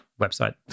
website